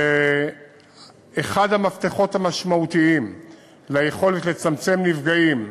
שאחד המפתחות המשמעותיים ליכולת לצמצם נפגעים,